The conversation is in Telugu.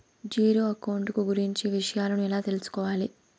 జీరో అకౌంట్ కు గురించి విషయాలను ఎలా తెలుసుకోవాలి?